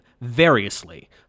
variously